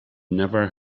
never